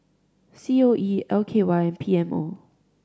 C O E L K Y P M O